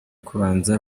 kubanza